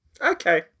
okay